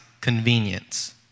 convenience